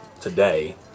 today